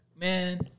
man